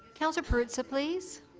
councillor perruzza, please.